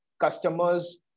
customers